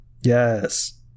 Yes